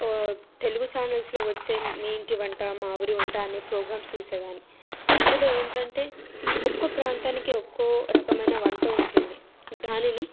తెలుగు ఛానెల్స్లో వచ్చే మీ ఇంటి వంట మా ఊరి వంట అనే ప్రోగ్రామ్స్ చూసేదాన్ని అందులో ఏంటంటే ఒక్కో ప్రాంతానికీ ఒక్కో రకమైన వంట ఉంటుంది దానిని